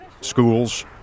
Schools